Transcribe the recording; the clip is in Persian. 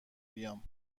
بیام